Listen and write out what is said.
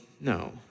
no